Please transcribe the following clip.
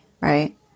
right